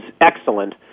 excellent